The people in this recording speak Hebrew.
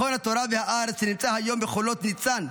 מכון התורה והארץ, שנמצא היום בחולות ניצן,